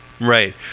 Right